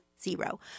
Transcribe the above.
zero